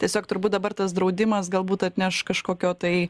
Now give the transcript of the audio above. tiesiog turbūt dabar tas draudimas galbūt atneš kažkokio tai